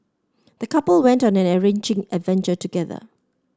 the couple went on an enriching adventure together